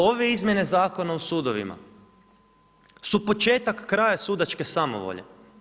Ove izmjene Zakona o sudovima su početak kraja sudačke samovolje.